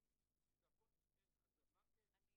הרי שלקבל פיצוי נזיקי מהמעוול